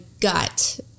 gut